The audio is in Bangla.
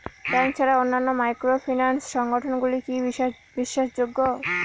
ব্যাংক ছাড়া অন্যান্য মাইক্রোফিন্যান্স সংগঠন গুলি কি বিশ্বাসযোগ্য?